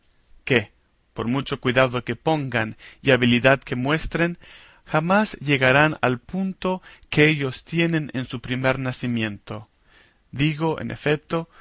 que por mucho cuidado que pongan y habilidad que muestren jamás llegarán al punto que ellos tienen en su primer nacimiento digo en efeto